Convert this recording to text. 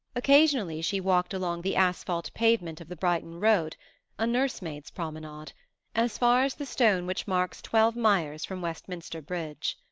occasionally she walked along the asphalte pavement of the brighton road a nursemaids' promenade as far as the stone which marks twelve miles from westminster bridge.